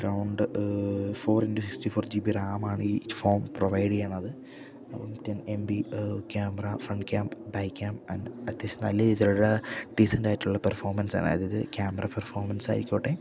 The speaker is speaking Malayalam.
around four into sixty four GB റാംമാണ് ഈ ഫോം പ്രൊവൈടെയ്യണത് അപ്പം ten MB camera front cam back cam അത്യാവശ്യം നല്ല രീതിയിലുള്ള ഡീസൻറ്റായിട്ടുള്ള പെർഫോമൻസാണ് അതായത് ക്യാമറ പെർഫോമൻസായിക്കോട്ടെ